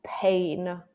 pain